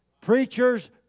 preachers